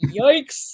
yikes